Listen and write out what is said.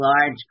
large